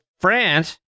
France